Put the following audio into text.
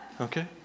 Okay